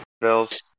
Bills